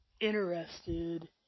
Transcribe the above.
interested